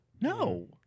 No